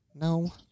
No